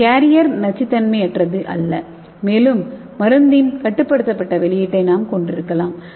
தி carrier நச்சுத்தன்மையற்றது அல்ல மேலும் மருந்தின் கட்டுப்படுத்தப்பட்ட வெளியீட்டை நாம் கொண்டிருக்கலாம்